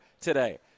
today